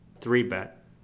three-bet